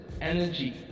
energy